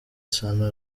sana